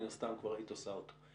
מן הסתם כבר היית עושה אותו.